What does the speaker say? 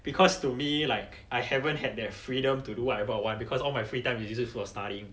because to me like I haven't had that freedom to do whatever I want because all my free time is usually used for studying